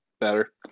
better